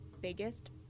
biggest